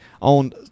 on